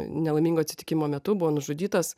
nelaimingo atsitikimo metu buvo nužudytas